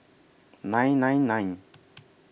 nine nine nine